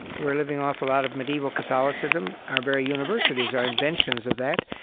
we're living off a lot of medieval catholicism. our very universities are inventions of that.